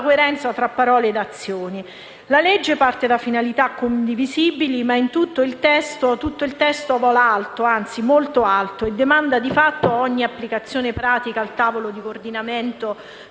parte da finalità condivisibili, ma tutto il testo vola molto alto e demanda di fatto ogni applicazione pratica al tavolo di coordinamento